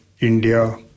India